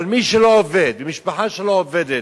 אבל מי שלא עובד, משפחה שלא עובדת,